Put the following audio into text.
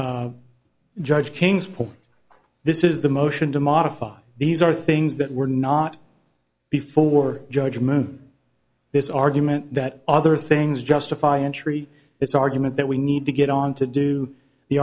pool this is the motion to modify these are things that were not before judge moon this argument that other things justify entry it's argument that we need to get on to do the